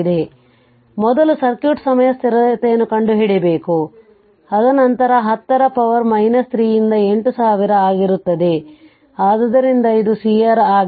ಆದ್ದರಿಂದ ಮೊದಲು ಸರ್ಕ್ಯೂಟ್ನ ಸಮಯದ ಸ್ಥಿರತೆಯನ್ನು ಕಂಡುಹಿಡಿಯಬೇಕು ಅದು ನಂತರ 10 ರ ಪವರ್ 3 ರಿಂದ 8000 ಆಗಿರುತ್ತದೆ ಆದ್ದರಿಂದ ಇದು CR ಆಗಿದೆ